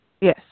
Yes